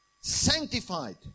sanctified